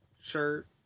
shirt